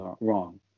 wrong